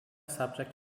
subject